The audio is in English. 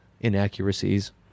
inaccuracies